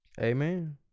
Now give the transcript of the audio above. amen